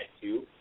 two